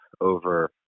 over